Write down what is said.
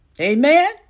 Amen